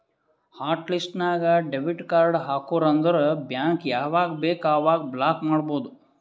hot list ನಾಗ್ debit card ಹಾಕುರ್ ಅಂದುರ್ ಬ್ಯಾಂಕ್ ಯಾವಾಗ ಬೇಕ್ ಅವಾಗ ಬ್ಲಾಕ್ ಮಾಡ್ಬೋದು